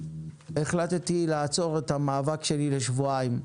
החלטתי לעצור את המאבק שלי לשבועיים.